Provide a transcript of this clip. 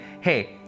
Hey